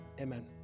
amen